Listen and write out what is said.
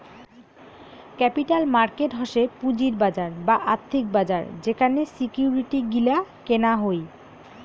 capital market হসে পুঁজির বাজার বা আর্থিক বাজার যেখানে সিকিউরিটি গিলা কেনা হই